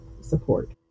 support